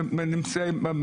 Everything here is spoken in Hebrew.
שנמצאים.